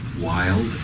wild